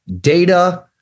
data